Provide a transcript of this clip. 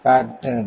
0702 pattern